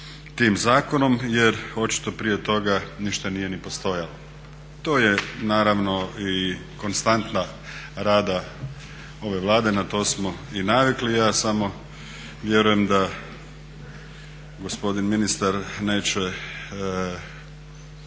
tim zakonom jer očito prije toga ništa nije ni postojalo. To je naravno i konstanta rada ove Vlade, na to smo i navikli, ja samo vjerujem da gospodin ministar neće